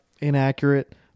inaccurate